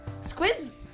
Squid's